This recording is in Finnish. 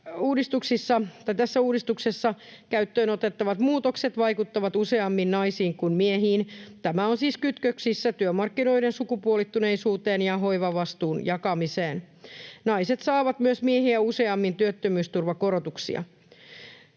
tässä uudistuksessa käyttöön otettavat muutokset vaikuttavat useammin naisiin kuin miehiin. Tämä on siis kytköksissä työmarkkinoiden sukupuolittuneisuuteen ja hoivavastuun jakamiseen. Naiset saavat myös miehiä useammin työttömyysturvan korotuksia.